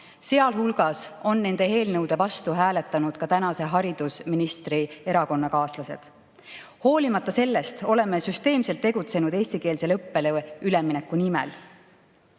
Sealhulgas on nende eelnõude vastu hääletanud ka tänase haridusministri erakonnakaaslased. Hoolimata sellest oleme süsteemselt tegutsenud eestikeelsele õppele ülemineku nimel.